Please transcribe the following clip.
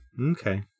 Okay